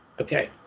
Okay